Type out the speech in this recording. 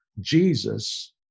Jesus